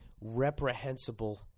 reprehensible